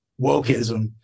wokeism